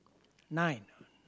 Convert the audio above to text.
nine